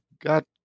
got